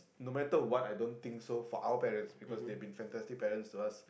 no matter what I don't think so for our parents because they have been fantastic parents to us